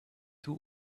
two